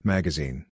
Magazine